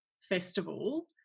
festival